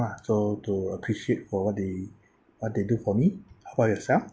lah so to appreciate for what they what they do for me how about yourself